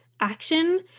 action